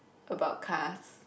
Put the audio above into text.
about cars